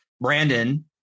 Brandon